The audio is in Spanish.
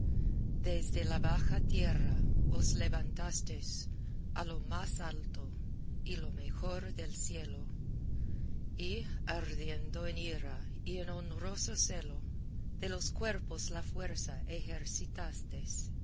desde la baja tierra os levantastes a lo más alto y lo mejor del cielo y ardiendo en ira y en honroso celo de los cuerpos la fuerza ejercitastes